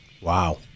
Wow